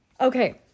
Okay